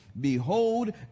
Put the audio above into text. Behold